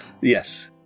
Yes